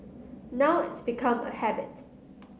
now it's become a habit